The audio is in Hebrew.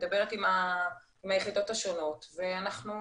מדברת עם היחידות השונות ואנחנו